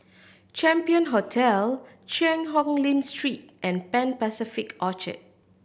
Champion Hotel Cheang Hong Lim Street and Pan Pacific Orchard